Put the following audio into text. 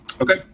Okay